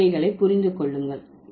மொழி வகைகளை புரிந்து கொள்ளுங்கள்